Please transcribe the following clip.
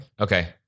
Okay